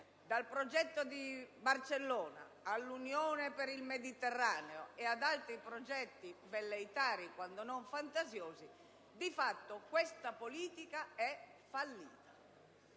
dal progetto di Barcellona all'Unione per il Mediterraneo e ad altri progetti velleitari, quando non fantasiosi, di fatto si è rivelata fallimentare.